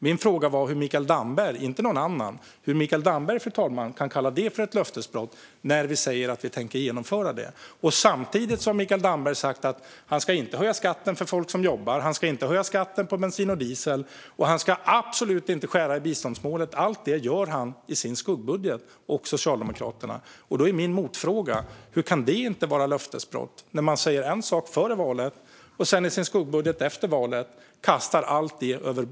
Min fråga var hur Mikael Damberg - inte någon annan - kan kalla det för ett löftesbrott när vi säger att vi tänker genomföra det. Samtidigt har Mikael Damberg sagt att han inte ska höja skatten för folk som jobbar. Han ska inte höja skatten på bensin och diesel, och han ska absolut inte skära i biståndsmålet. Allt det gör han och Socialdemokraterna i sin skuggbudget. Då är min motfråga: Hur kan det inte vara ett löftesbrott? Man säger en sak före valet, och sedan kastar man allt det överbord i sin skuggbudget efter valet.